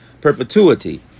perpetuity